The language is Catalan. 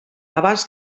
abans